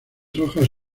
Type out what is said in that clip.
hojas